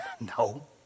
No